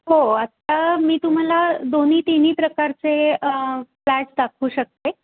हो आता मी तुम्हाला दोन्ही तिन्ही प्रकारचे फ्लॅट्स दाखवू शकते